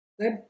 good